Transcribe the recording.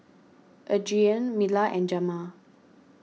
Adriene Mila and Jamar